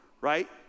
right